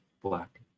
black